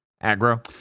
Agro